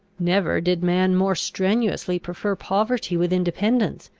never did man more strenuously prefer poverty with independence,